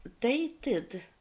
dated